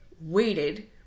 waited